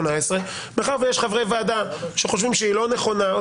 מאחר ויש חברי ועדה שחושבים שהיא לא נכונה,